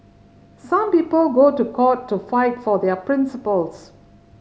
some people go to court to fight for their principles